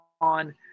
on